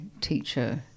teacher